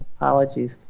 Apologies